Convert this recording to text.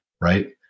Right